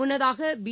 முன்னதாக பி